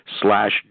slash